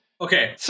okay